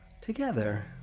together